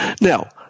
Now –